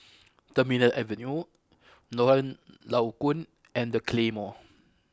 Terminal Avenue Lorong Low Koon and The Claymore